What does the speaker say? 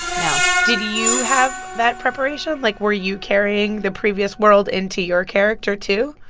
no did you have that preparation? like, were you carrying the previous world into your character too?